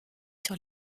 sur